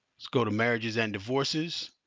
let's go to marriages and divorces.